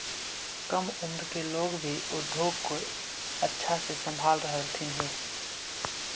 कम उम्र से लोग भी उद्योग को अच्छे से संभाल रहलथिन हे